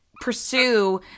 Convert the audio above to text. pursue